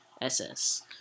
SS